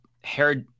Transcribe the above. hair